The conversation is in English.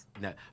No